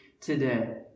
today